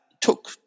took